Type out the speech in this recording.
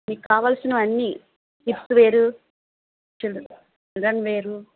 మీకు కావలసినవి అన్నీ కిడ్స్ వేరు చిల్డ్రన్ వేరు